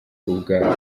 ubwa